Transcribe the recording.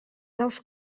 daus